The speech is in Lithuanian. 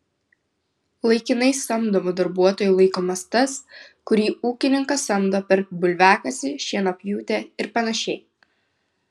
laikinai samdomu darbuotoju laikomas tas kurį ūkininkas samdo per bulviakasį šienapjūtę ir panašiai